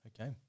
Okay